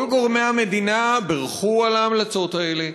כל גורמי המדינה בירכו על ההמלצות האלה.